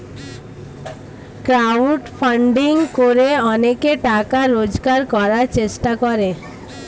crowd funding করে অনেকে টাকা রোজগার করার চেষ্টা করে